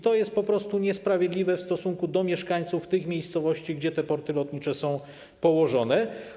To jest po prostu niesprawiedliwe w stosunku do mieszkańców miejscowości, w których te porty lotnicze są położone.